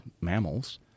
mammals